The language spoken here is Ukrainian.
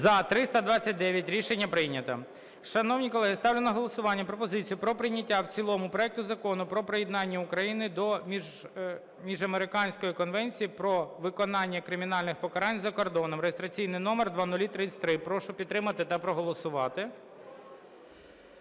За-329 Рішення прийнято. Шановні колеги, ставлю на голосування пропозицію про прийняття в цілому проекту Закону про приєднання України до Міжамериканської конвенції про виконання кримінальних покарань за кордоном (реєстраційний номер 0033). Прошу підтримати та проголосувати.